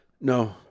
No